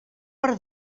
per